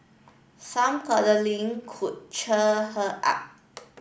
some cuddling could cheer her up